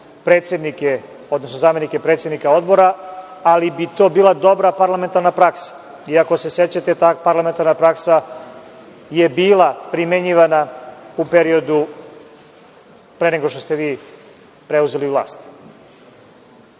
predsednike, odnosno zamenike predsednika odbora, ali bi to bila dobra parlamentarna praksa. Ako se sećate, ta parlamentarna praksa je bila primenjivana u periodu pre nego što ste vi preuzeli